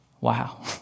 Wow